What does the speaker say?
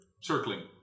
circling